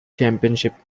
championships